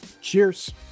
Cheers